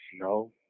No